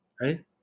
right